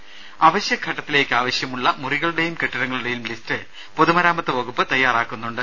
രുമ അവശ്യഘട്ടത്തിലേക്ക് ആവശ്യമുള്ള മുറികളുടെയും കെട്ടിടങ്ങളുടെയും ലിസ്റ്റ് പൊതുമരാമത്ത് വകുപ്പ് തയ്യാറാക്കുന്നുണ്ട്